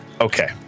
Okay